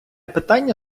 питання